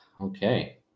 Okay